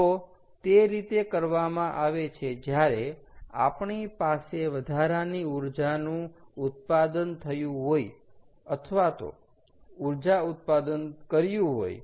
તો તે રીતે કરવામાં આવે છે જ્યારે આપણી પાસે વધારાની ઊર્જાનું ઉત્પાદન થયું હોય અથવા તો ઊર્જા ઉત્પાદન કર્યું હોય